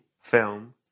film